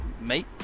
mate